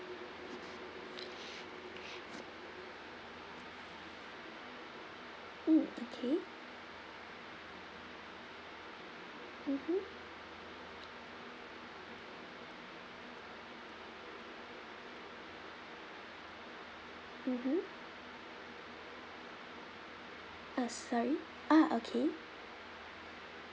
mm okay mmhmm mmhmm ah sorry ah okay